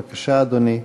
בבקשה, אדוני.